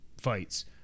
fights